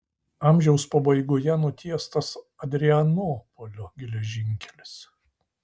amžiaus pabaigoje nutiestas adrianopolio geležinkelis